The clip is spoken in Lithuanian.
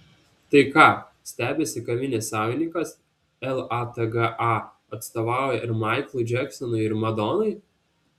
tai ką stebisi kavinės savininkas latga atstovauja ir maiklui džeksonui ar madonai